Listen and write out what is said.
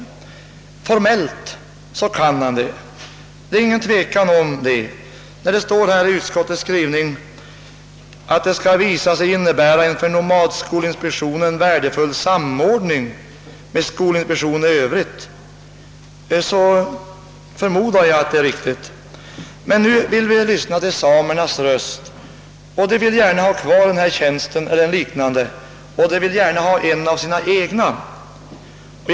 Formellt kan han det. Det är ingen tvekan om det. Det står i utskottets skrivning att utskottet räknar med att »anordningen skall visa sig innebära en för nomadskolinspektionen värdefull samordning med skolinspektionen i övrigt». Jag förmodar att det är riktigt. Men nu bör vi lyssna på samernas röst, och de vill ha kvar denna tjänst eller en liknande tjänst, och de vill gärna ha en av sina egna som innehavare av en sådan tjänst.